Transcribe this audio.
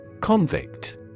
Convict